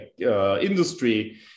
industry